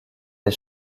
des